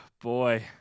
boy